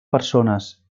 persones